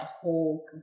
whole